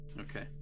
Okay